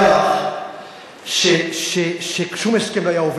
לכן, אני אומר לך ששום הסכם לא היה עובר.